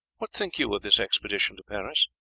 what think you of this expedition to paris?